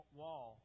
wall